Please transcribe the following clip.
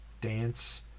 dance